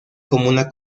comuna